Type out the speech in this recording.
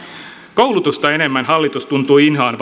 koulutusta enemmän hallitus tuntuu inhoavan